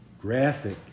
graphic